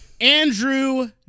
Andrew